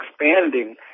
expanding